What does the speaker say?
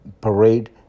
parade